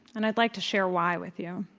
and i'd like to share why with you.